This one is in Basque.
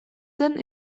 zen